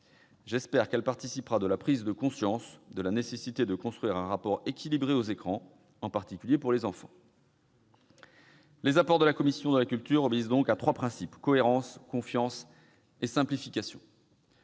J'espère qu'elle participera de la prise de conscience de la nécessité de construire un rapport équilibré aux écrans, en particulier pour les enfants. Les apports de la commission de la culture obéissent à trois principes : cohérence, confiance et simplification.